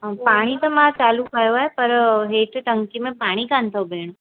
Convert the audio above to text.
हा पाणी त मां चालू कयो आहे पर हेठि टंकी में पाणी कान थव भेण